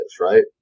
right